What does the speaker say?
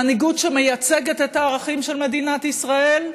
מנהיגות שמייצגת את הערכים של מדינת ישראל.